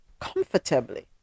comfortably